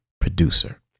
producer